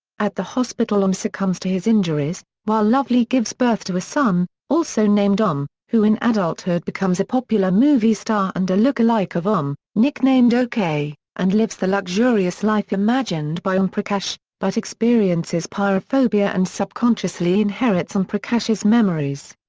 at the hospital om succumbs to his injuries, while lovely gives birth to a son, also named om, who in adulthood becomes a popular movie star and a lookalike of om, nicknamed o k, and lives the luxurious life imagined by om prakash, but experiences pyrophobia and subconsciously inherits om prakash's memories.